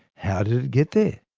how did it get there?